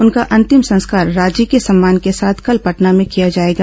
उनका अंतिम संस्कार राजकीय सम्मान के साथ कल पटना में किया जाएगा